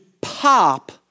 pop